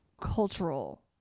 cultural